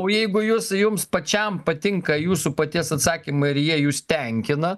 o jeigu jus jums pačiam patinka jūsų paties atsakymai ir jie jus tenkina